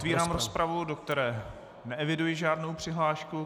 Otvírám rozpravu, do které neeviduji žádnou přihlášku.